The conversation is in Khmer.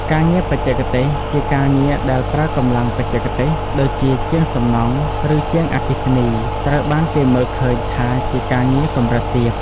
ការងារបច្ចេកទេសជា ការងារដែលប្រើកម្លាំងបច្ចេកទេស ដូចជាជាងសំណង់ ឬជាងអគ្គិសនី ត្រូវបានគេមើលឃើញថាជាការងារកម្រិតទាប។